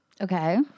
Okay